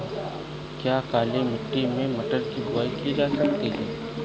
क्या काली मिट्टी में मटर की बुआई की जा सकती है?